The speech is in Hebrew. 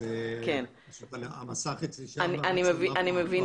סגן ראש המועצה האזורית מטה אשר.